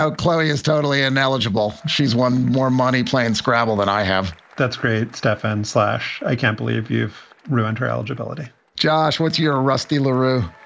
so chloe is totally analogy ball. she's won more money playing scrabble than i have that's great. stefan slash. i can't believe you've ruined her eligibility josh, what's your ah rusty lara?